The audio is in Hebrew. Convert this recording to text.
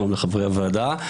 שלום לחברי הוועדה.